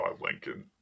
Lincoln